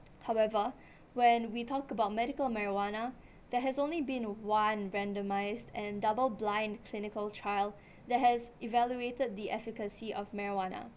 however when we talk about medical marijuana there has only been one randomised and double-blind clinical trial that has evaluated the efficacy of marijuana